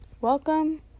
Welcome